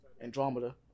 Andromeda